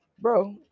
bro